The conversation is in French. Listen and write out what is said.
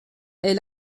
est